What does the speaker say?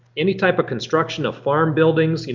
any type of construction of farm buildings,